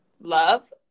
Love